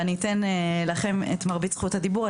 ואני אתן לכם את מרבית זכות הדיבור.